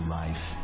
life